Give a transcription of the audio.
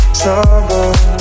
trouble